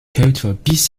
encodes